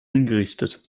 hingerichtet